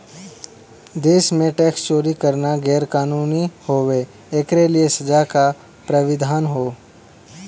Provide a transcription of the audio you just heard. देश में टैक्स चोरी करना गैर कानूनी हउवे, एकरे लिए सजा क प्रावधान हौ